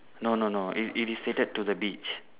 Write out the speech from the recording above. no no no it it is stated to the beach